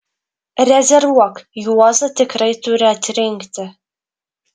rezervuok juozą tikrai turi atrinkti